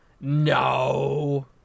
no